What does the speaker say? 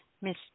Miss